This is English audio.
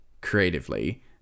creatively